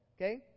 Okay